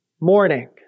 morning